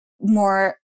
more